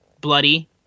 bloody